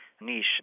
niche